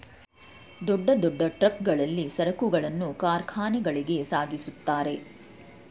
ದೊಡ್ಡ ದೊಡ್ಡ ಟ್ರಕ್ ಗಳಲ್ಲಿ ಸರಕುಗಳನ್ನು ಕಾರ್ಖಾನೆಗಳಿಗೆ ಸಾಗಿಸುತ್ತಾರೆ